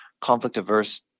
conflict-averse